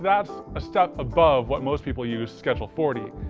that's a step above what most people use schedule forty,